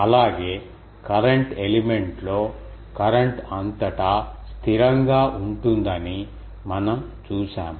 అలాగే కరెంట్ ఎలిమెంట్లో కరెంట్ అంతటా స్థిరంగా ఉంటుందని మనం చూశాము